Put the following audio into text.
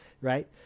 Right